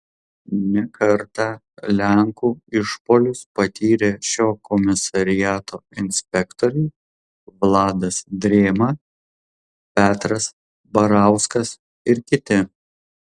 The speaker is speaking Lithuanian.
ne kartą lenkų išpuolius patyrė šio komisariato inspektoriai vladas drėma petras barauskas ir kiti